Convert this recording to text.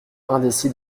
indécis